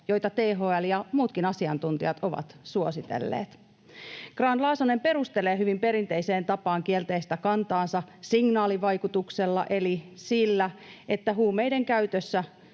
joita THL ja muutkin asiantuntijat ovat suositelleet. Grahn-Laasonen perustelee hyvin perinteiseen tapaan kielteistä kantaansa signaalivaikutuksella eli sillä, että huumeiden käytöstä